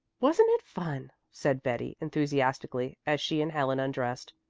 wasn't it fun? said betty enthusiastically, as she and helen undressed.